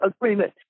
agreement